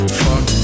fuck